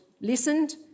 listened